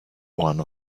one